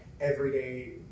everyday